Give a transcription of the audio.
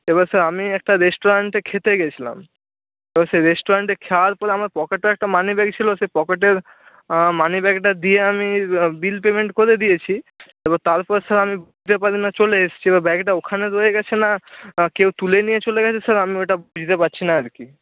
এবার স্যার আমি একটা রেস্টুরেন্টে খেতে গেছিলাম এবার সেই রেস্টুরেন্টে খাওয়ার পরে আমার পকেটেও একটা মানি ব্যাগ ছিল সেই পকেটের মানি ব্যাগটা দিয়ে আমি বিল পেমেন্ট করে দিয়েছি এবার তারপর স্যার আমি চলে এসেছি এবার ব্যাগটা ওখানে রয়ে গেছে না কেউ তুলে নিয়ে চলে গেছে স্যার আমি ওইটা বুঝতে পারছি না আর কি